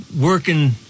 working